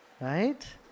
right